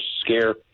scare